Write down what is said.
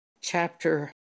chapter